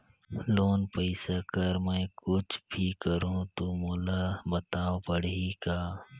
Loan पइसा कर मै कुछ भी करहु तो मोला बताव पड़ही का?